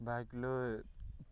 bike লৈ